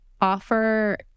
offer